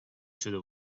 شده